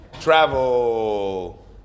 Travel